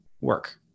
work